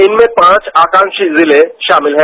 इनमें पांच आकांकी जिले शामिल हैं